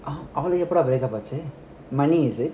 அவளுக்கு எப்போ டா:avaluku epo da breakup ஆச்சு:aachu